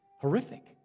Horrific